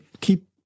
keep